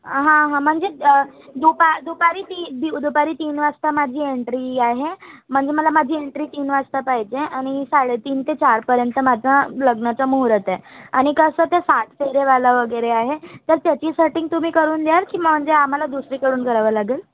हां हां म्हणजे दुपा दुपारी ती दिव दुपारी तीन वाजता माझी एन्ट्री आहे म्हणजे मला माझी एन्ट्री तीन वाजता पाहिजे आणि साडेतीन ते चारपर्यंत माझा लग्नाचा मुहूर्त आहे आणि कसं ते सात फेरीवाला वगैरे आहे तर त्याची सटिंग तुम्ही करून द्याल की म्हणजे आम्हाला दुसरीकडून करावं लागेल